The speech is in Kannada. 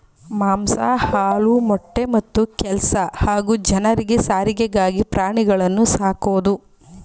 ಮಾಂಸ ಹಾಲು ಮೊಟ್ಟೆ ಮತ್ತೆ ಕೆಲ್ಸ ಹಾಗೂ ಜನರಿಗೆ ಸಾರಿಗೆಗಾಗಿ ಪ್ರಾಣಿಗಳನ್ನು ಸಾಕೋದು